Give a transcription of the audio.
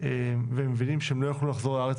והם מבינים שהם לא יוכלו לחזור לארץ